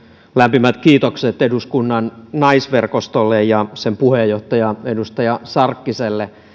lämpimät kiitokset eduskunnan naisverkostolle ja sen puheenjohtajalle edustaja sarkkiselle